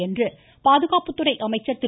என்று பாதுகாப்புத்துறை அமைச்சர் திரு